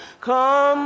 come